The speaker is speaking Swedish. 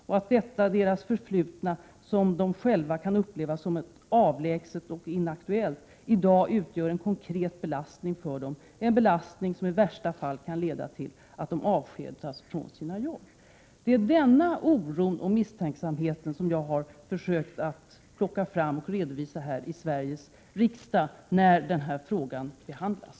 Och att detta deras förflutna, som de själva kan uppleva som avlägset och inaktuellt, idag utgör en konkret belastning för dem — en belastning som i värsta fall kan leda till att de avskedas från sina jobb.” Det är denna oro och denna misstänksamhet som jag har försökt redovisa i Sveriges riksdag, när den här frågan behandlas.